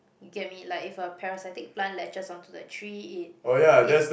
you get me like if a parasitic plant latches onto the tree it it